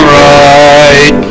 right